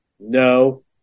No